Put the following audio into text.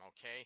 okay